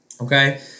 okay